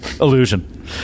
illusion